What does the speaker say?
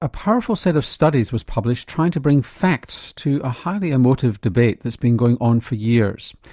a powerful set of studies was published trying to bring facts to a highly emotive debate that's been going on for years.